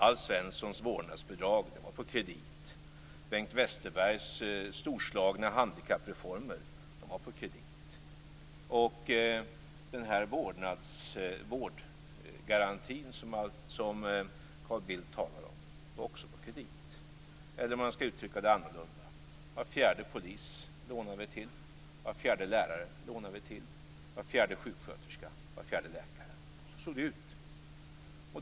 Alf Svenssons vårdnadsbidrag var på kredit. Bengt Westerbergs storslagna handikappreformer var på kredit. Den vårdgaranti som Carl Bildt talar om var också på kredit eller, om man skall uttrycka det annorlunda, var fjärde polis lånade vi till, var fjärde lärare lånade vi till, var fjärde sjuksköterska, var fjärde läkare.